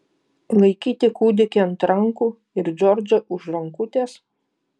laikyti kūdikį ant rankų ir džordžą už rankutės